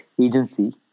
agency